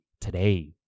today